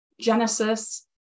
Genesis